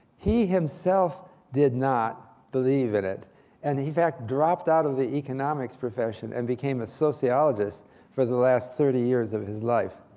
he himself did not believe in it and in fact, dropped out of the economics profession and became a sociologist for the last thirty years of his life.